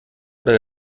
oder